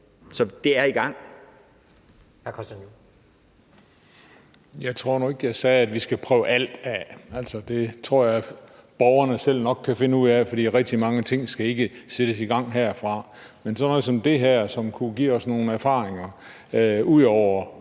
Så det er i gang.